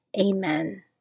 Amen